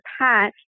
patch